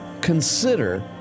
consider